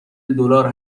دلار